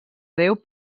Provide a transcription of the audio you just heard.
déu